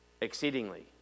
Exceedingly